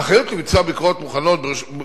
האחריות לביצוע ביקורות מוכנות